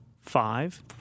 five